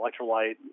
electrolyte